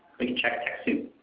we can check techsoup